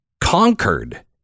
conquered